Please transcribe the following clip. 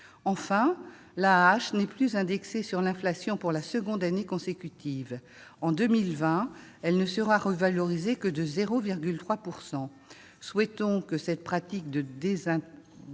Enfin, l'AAH n'est pas indexée sur l'inflation pour la seconde année consécutive. En 2020, elle ne sera revalorisée que de 0,3 %. Souhaitons que cette pratique de désindexation